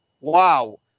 Wow